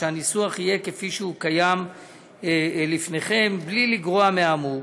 שהניסוח יהיה כפי שהוא קיים לפניכם: "בלי לגרוע מהאמור,